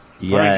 Yes